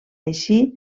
així